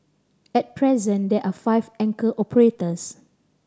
at present there are five anchor operators